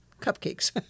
cupcakes